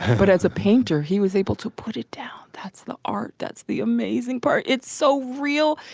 but as a painter, he was able to put it down. that's the art. that's the amazing part. it's so real.